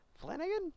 Flanagan